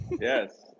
Yes